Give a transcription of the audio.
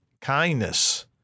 kindness